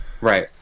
Right